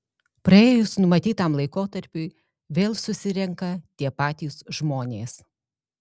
praėjus numatytam laikotarpiui vėl susirenka tie patys žmonės